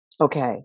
Okay